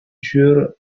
dure